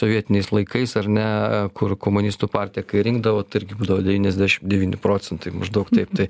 sovietiniais laikais ar ne kur komunistų partiją kai rinkdavo tai irgi būdavo devyniasdešim devyni procentai maždaug taip tai